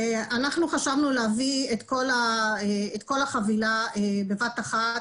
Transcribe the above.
אנחנו חשבנו להביא את כל החבילה בבת אחת